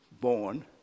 born